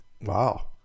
wow